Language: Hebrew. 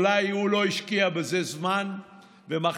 אולי הוא לא השקיע בזה זמן ומחשבה.